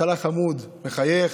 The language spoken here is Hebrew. בהתחלה הוא חמוד, מחייך.